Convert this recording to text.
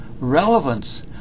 relevance